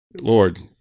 Lord